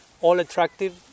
all-attractive